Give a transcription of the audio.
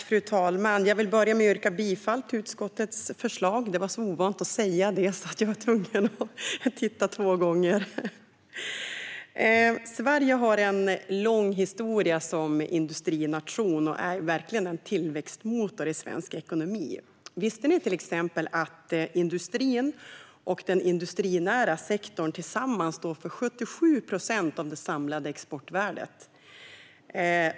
Fru talman! Jag vill börja med att yrka bifall till utskottets förslag. Det kändes så ovant att säga detta att jag var tvungen att titta två gånger i mitt manus. Sverige har en lång historia som industrination, och industrin är verkligen en tillväxtmotor i svensk ekonomi. Visste ni till exempel att industrin och den industrinära sektorn tillsammans står för 77 procent av det samlade exportvärdet?